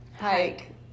hike